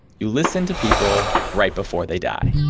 you listen to people right before they die